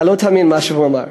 אתה לא תאמין מה שהוא אמר,